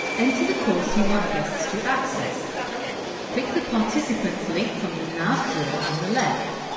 enter the course you want guests to access click the participants link from the nav drawer on the left.